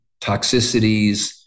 toxicities